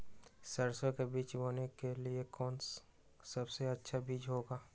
सरसो के बीज बोने के लिए कौन सबसे अच्छा बीज होगा?